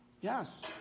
Yes